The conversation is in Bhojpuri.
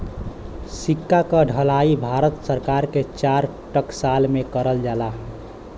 सिक्का क ढलाई भारत सरकार के चार टकसाल में करल जाला